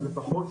לפחות,